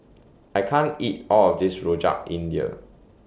I can't eat All of This Rojak India